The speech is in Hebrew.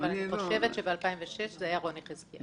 אבל אני חושבת שב-2006 זה היה רוני חזקיהו.